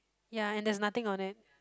ya and there's nothing on it